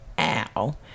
ow